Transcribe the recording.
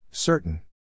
Certain